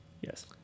Yes